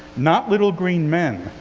not little green men,